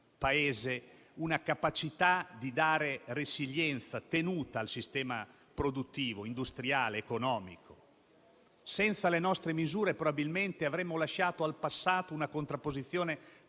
Paese una capacità di dare resilienza e tenuta al sistema produttivo, industriale ed economico. Senza le nostre misure probabilmente avremmo lasciato al passato una contrapposizione